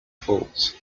faults